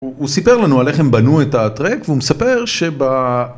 הוא סיפר לנו על איך הם בנו את הטרק והוא מספר שב..